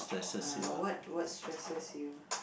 uh what what stresses you